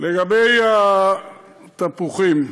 לגבי התפוחים,